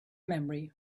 memory